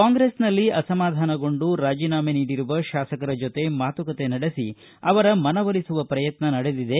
ಕಾಂಗ್ರೆಸ್ನಲ್ಲಿ ಅಸಮಾಧಾನಗೊಂಡು ರಾಜೀನಾಮೆ ನೀಡಿರುವ ತಾಸಕರ ಜೊತೆ ಮಾತುಕತೆ ನಡೆಸಿ ಅವರ ಮನವೊಲಿಸುವ ಪ್ರಯತ್ನ ನಡೆದಿದೆ